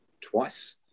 twice